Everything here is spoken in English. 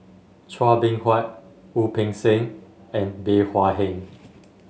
Chua Beng Huat Wu Peng Seng and Bey Hua Heng